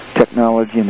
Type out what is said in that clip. technology